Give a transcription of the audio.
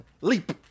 leap